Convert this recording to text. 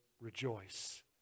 rejoice